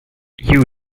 you